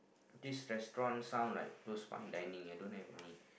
this restaurant sound like those fine dining I don't have any